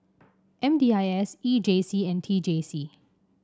M D I S E J C and T J C